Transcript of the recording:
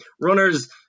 Runners